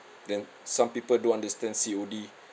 then some people don't understand C_O_D